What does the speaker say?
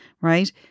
right